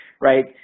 right